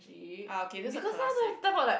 ah okay that's a classic